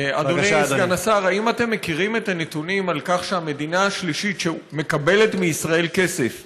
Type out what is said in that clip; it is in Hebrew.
אה, חנין לא פה ואתה כבר קורא אותי לסדר?